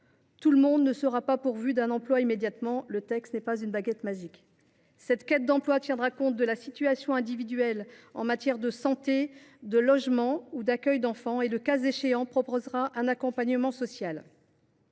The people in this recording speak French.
Tout le monde ne sera pas pourvu d’un emploi immédiatement. Le texte n’est pas une baguette magique ! Cette quête d’emploi tiendra compte de la situation individuelle en matière de santé, de logement ou d’enfant et, le cas échéant, proposera un accompagnement social.